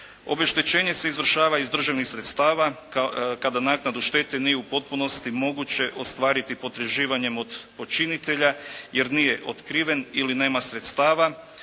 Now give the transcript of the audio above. Obeštećenje se izvršava iz državnih sredstava kada naknadu štete nije u potpunosti moguće ostvariti potraživanjem od počinitelja jer nije otkriven ili nema sredstava,